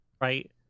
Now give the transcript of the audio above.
Right